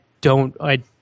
don't—I